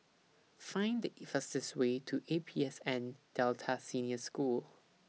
Find The IT fastest Way to A P S N Delta Senior School